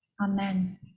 Amen